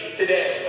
today